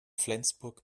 flensburg